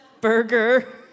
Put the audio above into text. burger